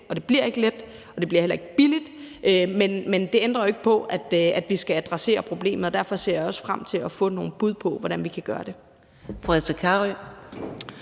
det bliver heller ikke billigt, men det ændrer jo ikke på, at vi skal adressere problemet. Og derfor ser jeg også frem til at få nogle bud på, hvordan vi kan gøre det.